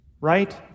right